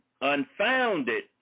unfounded